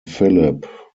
philip